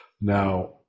Now